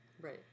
Right